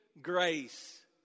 grace